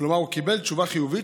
כלומר הוא קיבל תשובה חיובית,